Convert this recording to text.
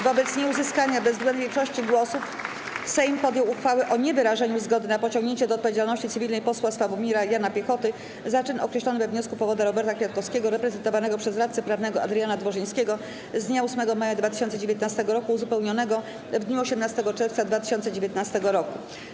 Wobec nieuzyskania bezwzględnej większości głosów Sejm podjął uchwałę o niewyrażeniu zgody na pociągnięcie do odpowiedzialności cywilnej posła Sławomira Jana Piechoty za czyn określony we wniosku powoda Roberta Kwiatkowskiego reprezentowanego przez radcę prawnego Adriana Dworzyńskiego z dnia 8 maja 2019 r., uzupełnionym w dniu 18 czerwca 2019 r.